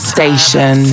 Station